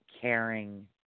caring